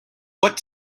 what